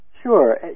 Sure